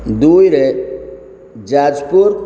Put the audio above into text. ଦୁଇରେ ଯାଜପୁର